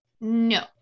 No